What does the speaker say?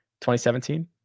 2017